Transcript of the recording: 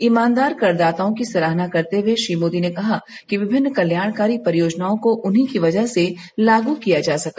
ईमानदार करदातओं की सराहना करते हुए श्री मोदी ने कहा कि विभिन्न कल्याणकारी परियोजनाओं को उन्हीं की वजह से लागू किया जा सका